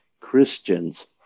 Christians